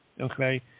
okay